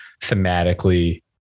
thematically